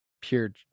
pure –